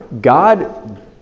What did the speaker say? God